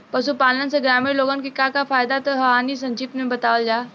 पशुपालन से ग्रामीण लोगन के का का फायदा ह तनि संक्षिप्त में बतावल जा?